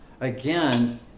again